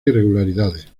irregularidades